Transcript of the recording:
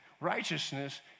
righteousness